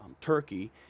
Turkey